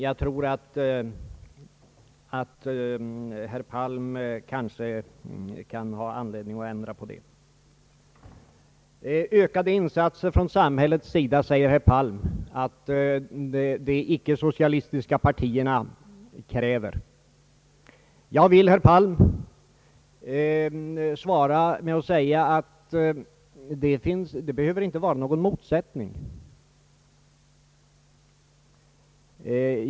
Jag tror att herr Palm kan ha anledning att ändra detta uttryckssätt. Herr Palm säger att de icke-socialistiska partierna tvärtemot sin program kräver ökade insatser från samhällets sida. Jag vill, herr Palm, svara med att säga att detta inte behöver innebära någon motsättning.